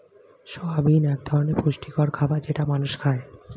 soybean এক ধরনের পুষ্টিকর খাবার যেটা মানুষ খায়